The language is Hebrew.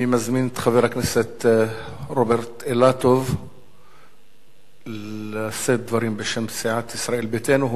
אני מזמין את חבר הכנסת רוברט אילטוב לשאת דברים בשם סיעת ישראל ביתנו,